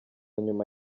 nyuma